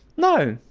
no,